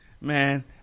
Man